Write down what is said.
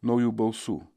naujų balsų